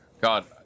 God